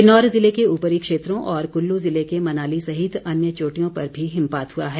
किन्नौर ज़िले के ऊपरी क्षेत्रों और कुल्लू ज़िले के मनाली सहित अन्य चोटियों पर भी हिमपात हुआ है